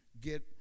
get